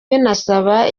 binasaba